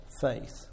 faith